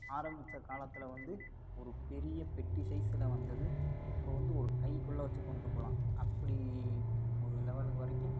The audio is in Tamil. ஆரமித்த காலத்தில் வந்து ஒரு பெரிய பெட்டி சைஸில் வந்தது இப்போ வந்து ஒரு கைக்குள்ளே வெச்சு கொண்டு போகலாம் அப்படி ஒரு லெவலுக்கு வரைக்கும்